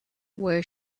where